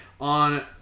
on